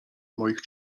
moich